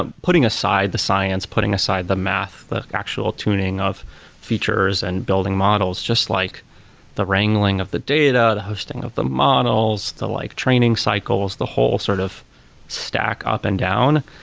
putting aside the science, putting aside the math, the actual tuning of features and building models, just like the wrangling of the data, the hosting of the models, the like training cycles, the whole sort of stack up and down,